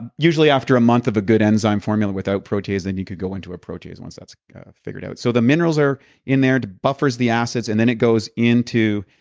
and usually after a month of a good enzyme formula without protease then you can go into a protease once that's figured out so the minerals are in there to buffer the acids and then it goes into,